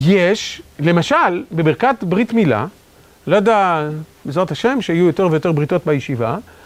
יש, למשל, בברכת ברית מילה, לא ידע, בזהות השם, שיהיו יותר ויותר בריתות בישיבה.